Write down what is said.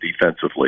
defensively